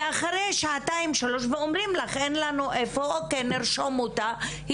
אומרים לך שאין איפה, נרשום אותה.